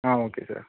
ah okay sir